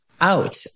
out